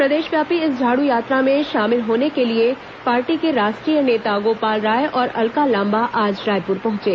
प्रदेशव्यापी इस झाड़ यात्रा में शामिल होने के लिए पार्टी के राष्ट्रीय नेता गोपाल राय और अलका लांबा आज रायपुर पहंचे